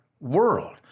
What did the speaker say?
world